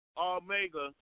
omega